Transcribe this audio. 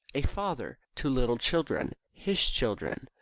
a father, to little children, his children.